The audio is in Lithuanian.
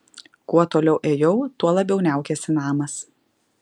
kuo toliau ėjau tuo labiau niaukėsi namas